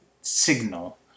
signal